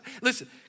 Listen